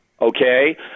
okay